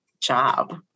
job